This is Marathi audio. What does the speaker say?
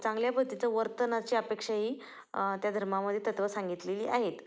चांगल्या पद्धतीचं वर्तनाची अपेक्षाही त्या धर्मामध्ये तत्त्व सांगितलेली आहेत